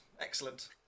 Excellent